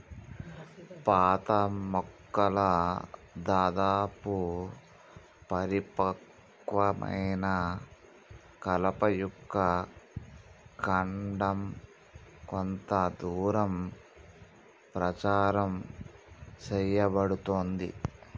పాత మొక్కల దాదాపు పరిపక్వమైన కలప యొక్క కాండం కొంత దూరం ప్రచారం సేయబడుతుంది